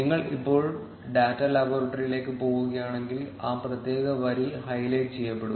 നിങ്ങൾ ഇപ്പോൾ ഡാറ്റാ ലബോറട്ടറിയിലേക്ക് പോവുകയാണെങ്കിൽ ആ പ്രത്യേക വരി ഹൈലൈറ്റ് ചെയ്യപ്പെടും